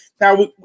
Now